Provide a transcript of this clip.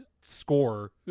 score